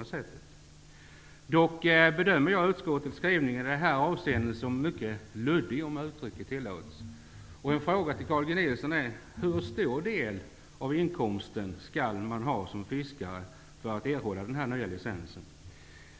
Jag anser dock att utskottets skrivning i det här avseendet är mycket luddig, om uttrycket tillåts. Jag vill fråga Carl G Nilsson hur stor del av inkomsten som skall komma från fisket för att man skall få erhålla den nya licensen.